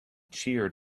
cheered